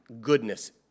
goodness